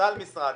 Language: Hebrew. בוטל משרד,